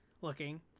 looking